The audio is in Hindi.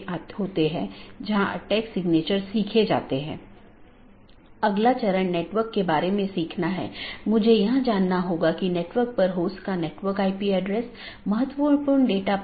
यदि हम पूरे इंटरनेट या नेटवर्क के नेटवर्क को देखते हैं तो किसी भी सूचना को आगे बढ़ाने के लिए या किसी एक सिस्टम या एक नेटवर्क से दूसरे नेटवर्क पर भेजने के लिए इसे कई नेटवर्क और ऑटॉनमस सिस्टमों से गुजरना होगा